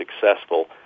successful